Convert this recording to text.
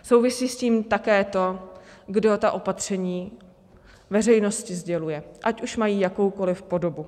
Souvisí s tím také to, kdo opatření veřejnosti sděluje, ať už mají jakoukoli podobu.